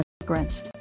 immigrants